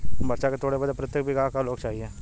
मरचा के तोड़ बदे प्रत्येक बिगहा क लोग चाहिए?